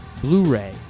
Blu-ray